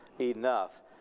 enough